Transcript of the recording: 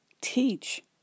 teach